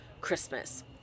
Christmas